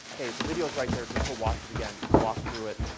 hey, the video's right there, just go watch it again, walk through it.